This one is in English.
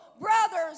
brothers